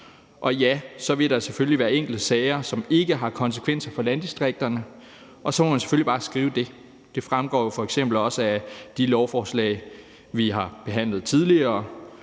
Ja, så vil der selvfølgelig være enkelte sager, som ikke har konsekvenser for landdistrikterne, og så må man selvfølgelig bare skrive det. Det fremgår jo f.eks. også af det lovforslag om anvendelse